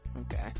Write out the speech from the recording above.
okay